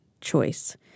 choice